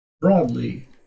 Broadly